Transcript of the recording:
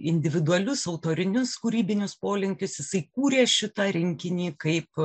individualius autorinius kūrybinius polinkius jisai kūrė šitą rinkinį kaip